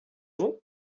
vous